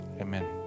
amen